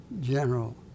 General